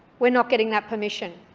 we're not getting that permission.